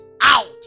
out